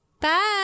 Bye